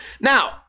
Now